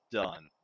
done